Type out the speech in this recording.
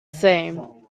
same